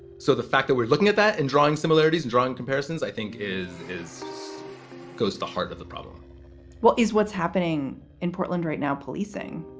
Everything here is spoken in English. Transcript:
so the fact that we're looking at that and drawing similarities, and drawing comparisons, i think is is goes to the heart of the problem well, is what's happening in portland right now policing?